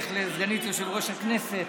לסגנית יושב-ראש הכנסת,